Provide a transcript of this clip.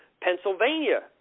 Pennsylvania